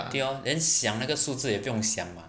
对咯 then 像那个数字也不用想吗